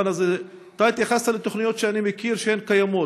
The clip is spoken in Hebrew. אתה התייחס לתוכניות שאני מכיר שהן קיימות,